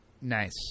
Nice